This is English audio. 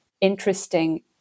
interesting